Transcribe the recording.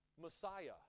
Messiah